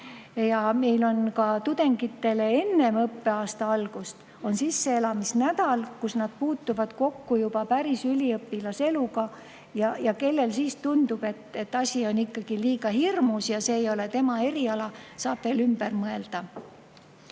ja meil on ka tudengitele enne õppeaasta algust sisseelamisnädal, kus nad puutuvad kokku juba päris üliõpilaseluga, ja kellel siis tundub, et asi on ikkagi liiga hirmus ja see ei ole tema eriala, saab veel ümber mõelda.